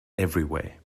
everywhere